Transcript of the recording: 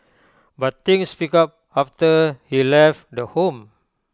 but things picked up after he left the home